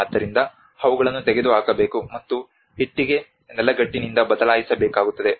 ಆದ್ದರಿಂದ ಅವುಗಳನ್ನು ತೆಗೆದುಹಾಕಬೇಕು ಮತ್ತು ಇಟ್ಟಿಗೆ ನೆಲಗಟ್ಟಿನಿಂದ ಬದಲಾಯಿಸಬೇಕಾಗುತ್ತದೆ